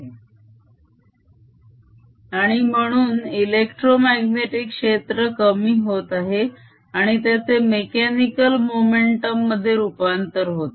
Net force0dσdKdtddt आणि म्हणून electromagnetic क्षेत्र कमी होत आहे आणि त्याचे मेक्यानिकल मोमेंटम मध्ये रुपांतर होत आहे